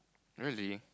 really